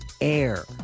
Air